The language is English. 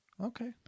Okay